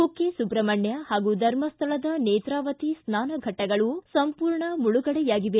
ಕುಕ್ತ ಸುಬ್ರಹಣ್ಣ ಹಾಗೂ ಧರ್ಮಸ್ಥಳದ ನೇತ್ರಾವತಿ ಸ್ನಾನಘಟ್ಟಗಳು ಸಂಪೂರ್ಣ ಮುಳುಗಡೆಯಾಗಿವೆ